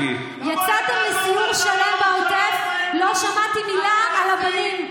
יצאת לסיור שלם בעוטף, לא שמעתי מילה על הבנים.